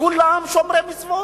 כולם שומרי מצוות,